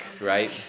right